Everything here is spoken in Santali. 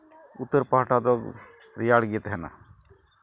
ᱩᱛᱛᱚᱨ ᱯᱟᱦᱴᱟ ᱫᱚ ᱨᱮᱭᱟᱲᱜᱮ ᱛᱟᱦᱮᱱᱟ